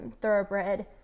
thoroughbred